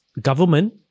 government